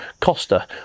Costa